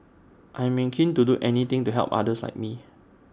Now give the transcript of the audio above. I'm keen to do anything to help others like me